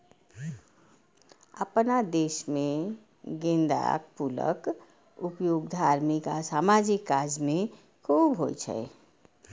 अपना देश मे गेंदाक फूलक उपयोग धार्मिक आ सामाजिक काज मे खूब होइ छै